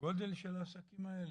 הגודל של העסקים האלה?